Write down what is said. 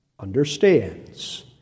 understands